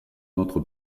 notre